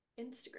Instagram